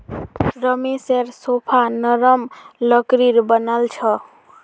रमेशेर सोफा नरम लकड़ीर बनाल छ